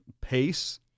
pace